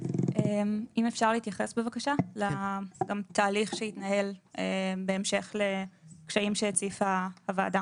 אני רוצה להתייחס לתהליך שהתנהל בהמשך לקשיים שהציפה הוועדה